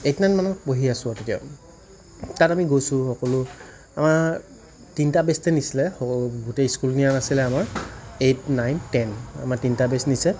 eight নাইনমানত পঢ়ি আছোঁ আৰু তেতিয়া তাত আমি গৈছোঁ সকলো আমাৰ তিনিটা বেষ্টে নিছিলে গোটেই স্কুল নিয়া নাছিলে আমাৰ এইট নাইন টেইন আমাৰ তিনিটা বেষ্ট নিছে